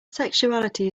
sexuality